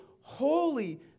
holy